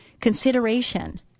consideration